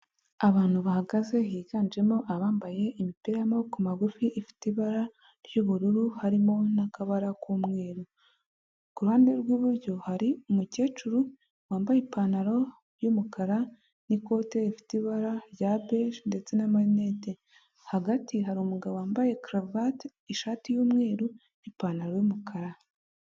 Abantu bahagaze higanjemo abambaye imipira y'amaboko magufi ifite ibara ry'ubururu harimo n'akabara k'umweru. Ku ruhande rw'iburyo hari umukecuru wambaye ipantaro y'umukara n'ikote rifite ibara rya beje ndetse n'amarinete. Hagati hari umugabo wambaye karuvati, ishati y'umweru n'ipantaro y'umukara.